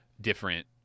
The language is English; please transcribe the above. different